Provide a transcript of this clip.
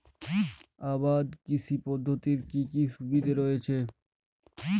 আবাদ কৃষি পদ্ধতির কি কি সুবিধা রয়েছে?